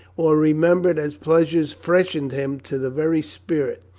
or remembered as pleasures, freshened him to the very spirit,